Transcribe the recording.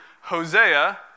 Hosea